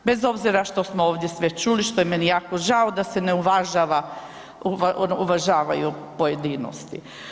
Bez obzira što smo ovdje sve čuli, što je meni jako žao da se ne uvažavaju pojedinosti.